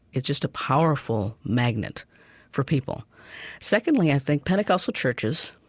it's just a powerful magnet for people secondly, i think pentecostal churches,